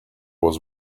was